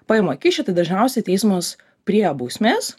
paima kyšį tai dažniausiai teismus prie bausmės